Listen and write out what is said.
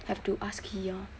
have to ask key orh